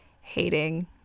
hating